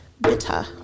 Bitter